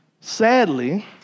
Sadly